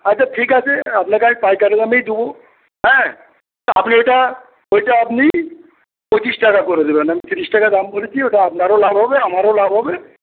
আচ্ছা ঠিক আছে আপনাকে আমি পাইকারি দামেই দেবো হ্যাঁ তা আপনি ওইটা ওইটা আপনি পঁচিশ টাকা করে দেবেন আমি তিরিশ টাকা দাম বলেছি ওটা আপনারও লাভ হবে আমারও লাভ হবে